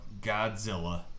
Godzilla